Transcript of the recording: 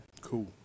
Cool